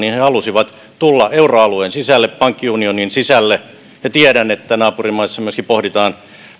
että he halusivat tulla euroalueen sisälle pankkiunionin sisälle tiedän että myöskin naapurimaissa